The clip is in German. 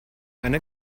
eine